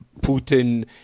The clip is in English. Putin